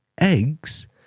eggs